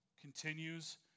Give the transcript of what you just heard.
continues